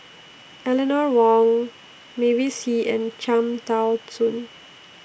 Eleanor Wong Mavis Hee and Cham Tao Soon